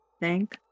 thank